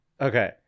Okay